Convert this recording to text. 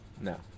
No